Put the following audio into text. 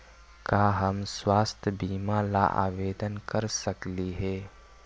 का हम स्वास्थ्य बीमा ला आवेदन कर सकली हे?